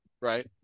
right